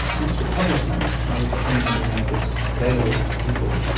once we published that i was keen that we made this available to people.